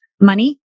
money